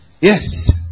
Yes